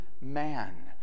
man